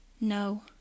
No